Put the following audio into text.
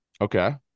Okay